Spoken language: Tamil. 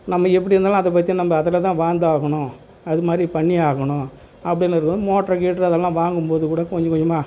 நம்ம எப்படி இருந்தாலும் அதை பற்றி நம்ம அதில் தான் வாழ்ந்தாகணும் அது மாதிரி பண்ணி ஆகணும் அப்படின்னு இருக்கும்போது மோட்ரு கீட்ரு அதெல்லாம் வாங்கும்போது கூட கொஞ்சம் கொஞ்சமாக